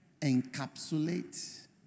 encapsulate